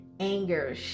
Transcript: Anger